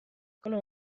کنم